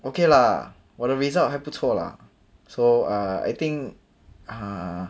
okay lah 我的 result 还不错 lah so err I think err